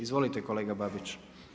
Izvolite kolega Babić.